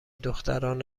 دختران